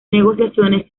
negociaciones